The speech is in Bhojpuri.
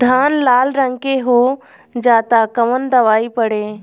धान लाल रंग के हो जाता कवन दवाई पढ़े?